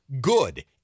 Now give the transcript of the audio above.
good